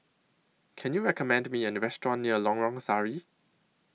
Can YOU recommend Me A Restaurant near Lorong Sari